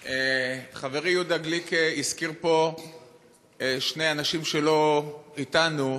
חברי יהודה גליק הזכיר פה שני אנשים שלא אתנו: